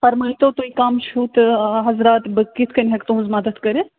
فرمٲیتو تُہۍ کَم چھُو تہٕ حضرات بہٕ کِتھٕ کٔنۍ ہیٚکہٕ تُہٕنٛز مدد کٔرِتھ